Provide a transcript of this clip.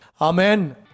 Amen